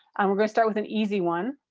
and we're going to start with an easy one.